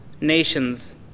nations